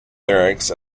lyrics